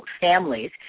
families